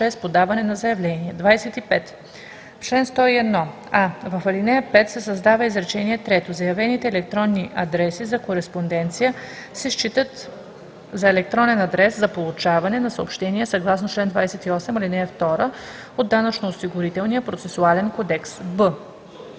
подаване на заявление.“ 25. В чл. 101: а) в ал. 5 се създава изречение трето:„Заявените електронни адреси за кореспонденция се считат за електронен адрес за получаване на съобщения съгласно чл. 28, ал. 2 от Данъчно-осигурителния процесуален кодекс“;